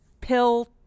pill